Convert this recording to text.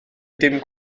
dim